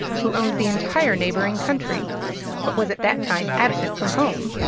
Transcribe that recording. who owned the entire neighbouring country but was at that time absent from home.